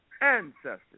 ancestors